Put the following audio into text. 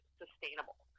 sustainable